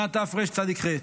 שנת תרצ"ח.